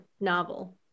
novel